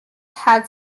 had